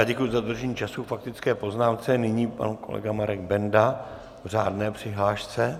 Děkuji za dodržení času k faktické poznámce, nyní pan kolega Marek Benda v řádné přihlášce.